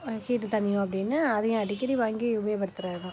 கீட்டு தணியும் அப்படினு அதையும் அடிக்கடி வாங்கி உபயோகப்படுத்துறது தான்